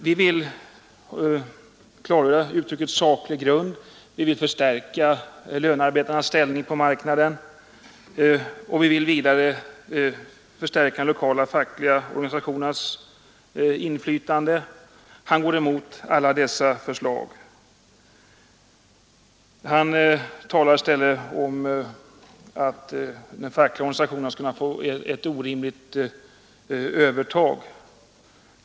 Vi vill klargöra uttrycket saklig grund, vi vill förstärka lönearbetarnas ställning på arbetsmarknaden och vi vill vidare förstärka de lokala fackliga organisationernas inflytande. Han går emot alla dessa förslag. Han talar i stället om att de fackliga organisationerna skulle kunna få ett orimligt övertag.